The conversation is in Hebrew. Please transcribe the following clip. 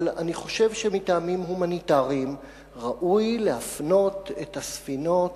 אני חושב שמטעמים הומניטריים ראוי להפנות את הספינות